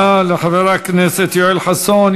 תודה לחבר הכנסת יואל חסון.